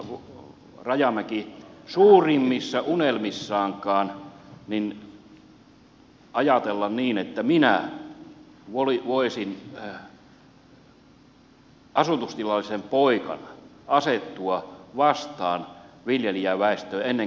voiko edustaja rajamäki suurimmissa unelmissaankaan ajatella niin että minä voisin asutustilallisen poikana asettua vastaan viljelijäväestöä ennen kaikkea pienviljelijöitä